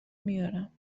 میارم